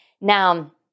Now